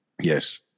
Yes